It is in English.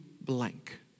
blank